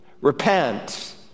Repent